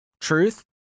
truth